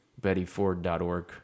bettyford.org